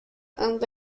and